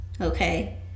okay